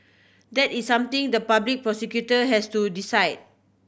that is something the public prosecutor has to decide